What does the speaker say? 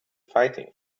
fighting